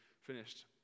finished